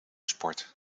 sport